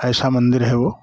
ऐसा मंदिर है वो